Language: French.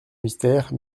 mystère